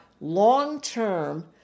long-term